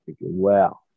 wow